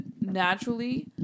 naturally